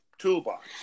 Toolbox